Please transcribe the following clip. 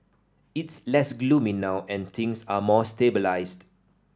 it's less gloomy now and things are more stabilised